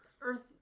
Earth